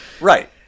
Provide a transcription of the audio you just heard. Right